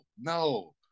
No